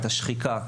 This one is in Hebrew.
את השחיקה,